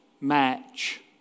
match